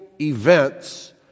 events